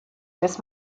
des